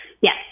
Yes